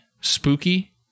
spooky